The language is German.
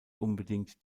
unbedingt